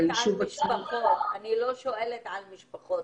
אני לא שואלת על משפחות.